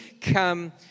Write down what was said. come